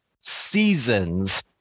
seasons